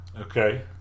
Okay